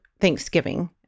Thanksgiving